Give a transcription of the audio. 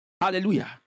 Hallelujah